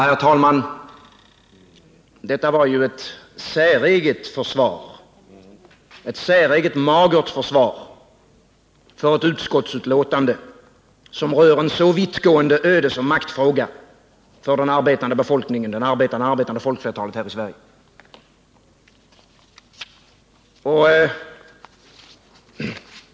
Herr talman! Det var ju ett säreget — och ett säreget magert — försvar för ett utskottsbetänkande som rör en så vittgående ödesoch maktfråga för det arbetande folkflertalet här i Sverige.